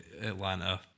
Atlanta